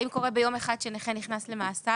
האם קורה ביום אחד שנכה נכנס למאסר,